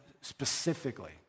specifically